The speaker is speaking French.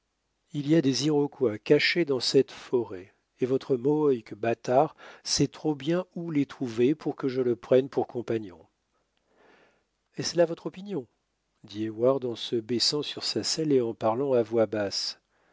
il y a des iroquois cachés dans cette forêt et votre mohawk bâtard sait trop bien où les trouver pour que je le prenne pour compagnon est-ce là votre opinion dit heyward en se baissant sur sa selle et en parlant à voix basse